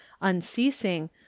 unceasing